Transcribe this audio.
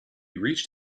reach